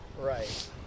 right